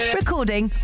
recording